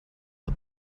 had